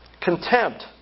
contempt